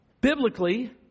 Biblically